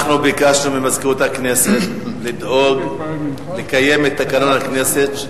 ביקשנו ממזכירות הכנסת לדאוג לקיום תקנון הכנסת,